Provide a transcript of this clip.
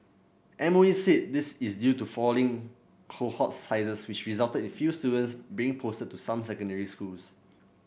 M O E said this is due to falling cohort sizes which resulted in fewer students being posted to some secondary schools